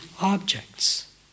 objects